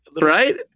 right